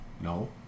No